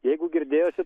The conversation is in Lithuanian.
jeigu girdėjosi